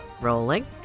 Rolling